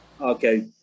okay